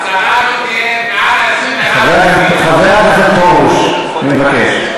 השרה הזאת תהיה מעל, חבר הכנסת פרוש, אני מבקש.